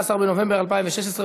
עזוב,